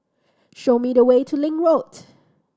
show me the way to Link Road